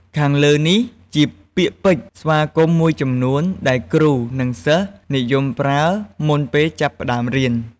ខាងលើនេះជាពាក្យពេចន៍ស្វាគមន៍មួយចំនួន ដែលគ្រូ និងសិស្សនិយមប្រើ មុនពេលចាប់ផ្ដើមរៀន។